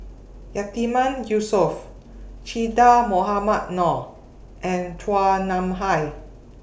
Yatiman Yusof Che Dah Mohamed Noor and Chua Nam Hai